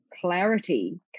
clarity